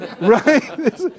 Right